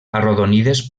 arrodonides